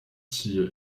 ziehe